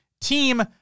Team